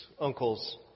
Uncle's